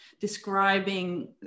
describing